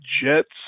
Jets